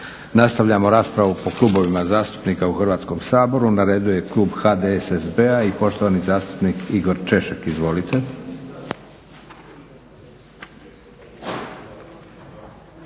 Nastavljamo raspravu po klubovima zastupnika u Hrvatskom saboru. Na redu je klub HDSSB-a i poštovani zastupnik Igor Češek. Izvolite.